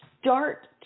start